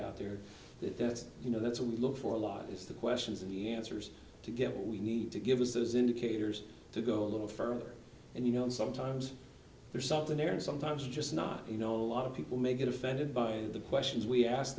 out there that that's you know that's what we look for a lot is the questions and the answers to get what we need to give us those indicators to go a little further and you know sometimes there's something there and sometimes just not you know a lot of people may get offended by the questions we ask